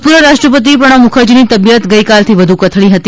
ભૂતપૂર્વ રાષ્ટ્રપતિ પ્રણવ મ્ખરજીની તબિયત ગઈકાલથી વધુ કથળી હતી